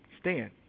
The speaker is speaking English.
stand